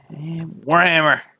Warhammer